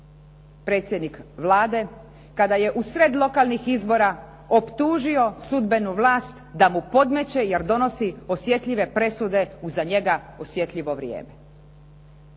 predsjednik Vlade kada je usred lokalnih izbora optužio sudbenu vlast da mu podmeće jer donosi osjetljive presude u za njega osjetljivo vrijeme.